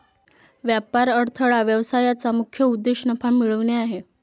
व्यापार अडथळा व्यवसायाचा मुख्य उद्देश नफा मिळवणे आहे